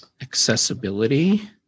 accessibility